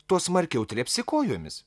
tuo smarkiau trepsi kojomis